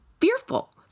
fearful